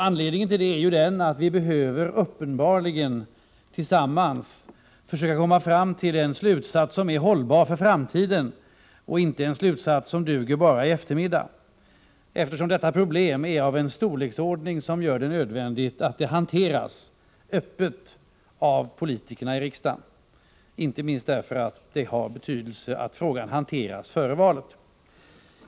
Anledningen till det är att vi uppenbarligen, tillsammans, behöver försöka komma fram till en slutsats som är hållbar för framtiden och inte en slutsats som duger bara i eftermiddag — eftersom detta problem är av en storleksordning som gör det nödvändigt att det hanteras öppet av politikerna i riksdagen, inte minst därför att det har betydelse att frågan behandlas före valet.